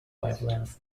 wavelength